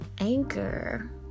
anchor